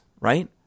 right